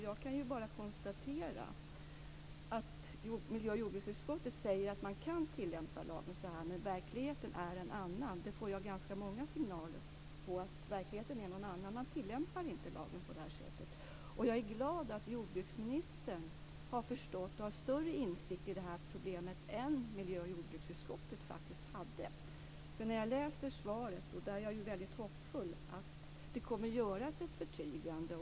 Jag kan konstatera att miljöoch jordbruksutskottet säger att man kan tillämpa lagen så, men verkligheten är en annan. Jag får ganska många signaler på att verkligheten är en annan; man tillämpar inte lagen på detta sätt. Jag är glad att jordbruksministern har förstått och har större insikter i detta problem än vad miljö och jordbruksutskottet faktiskt hade. Jag läser i svaret - där är jag väldigt hoppfull - att det kommer att göras ett förtydligande.